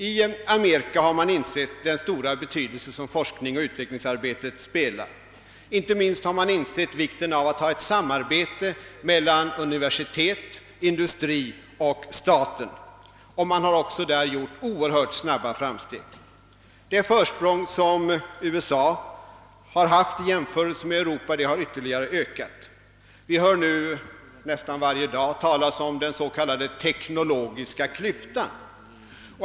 I Amerika har man insett den stora betydelse som forskningen och utvecklingsarbetet spelar. Inte minst har man insett vikten av att ha ett samarbete mellan universiteten, industrin och staten. Man har också där gjort oerhört snabba framsteg. Det försprång som USA har haft i jämförelse med Europa har ytterligare ökat. Vi hör nu nästan varje dag talas om den s.k. teknologiska klyftan.